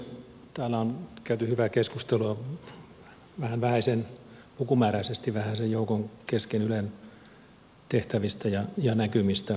täällä on nyt käyty hyvää keskustelua vähän vähäisen lukumääräisesti vähäisen joukon kesken ylen tehtävistä ja näkymistä